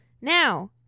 Now